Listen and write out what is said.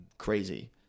Crazy